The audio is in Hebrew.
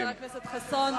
חבר הכנסת חסון.